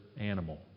animal